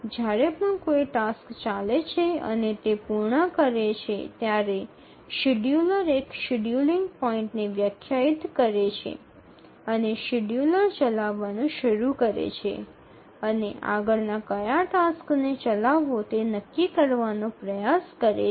જ્યારે પણ કોઈ ટાસ્ક ચાલે છે અને તે પૂર્ણ કરે છે ત્યારે શેડ્યૂલર એક શેડ્યૂલિંગ પોઇન્ટને વ્યાખ્યાયિત કરે છે અને શેડ્યૂલર ચલાવાનું શરૂ કરે છે અને આગળના કયા ટાસ્ક ને ચલાવવો તે નક્કી કરવાનો પ્રયાસ કરે છે